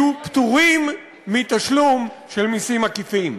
יהיו פטורים מתשלום של מסים עקיפים.